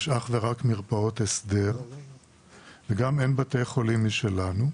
יש אך ורק מרפאות הסדר וגם אין בתי חולים משלנו.